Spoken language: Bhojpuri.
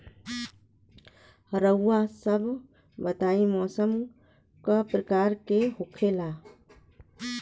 रउआ सभ बताई मौसम क प्रकार के होखेला?